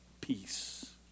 Peace